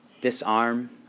disarm